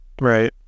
Right